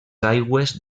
aigües